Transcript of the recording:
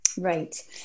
Right